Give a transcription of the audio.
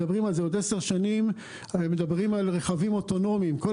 מדברים על רכבים אוטונומיים בעוד עשר שנים.